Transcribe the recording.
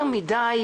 יותר מדי